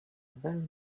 very